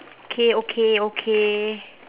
okay okay okay